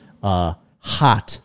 hot